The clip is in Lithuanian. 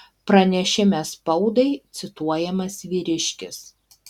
pranešime spaudai cituojamas vyriškis